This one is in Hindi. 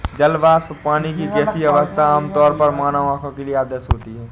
जल वाष्प, पानी की गैसीय अवस्था, आमतौर पर मानव आँख के लिए अदृश्य होती है